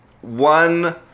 One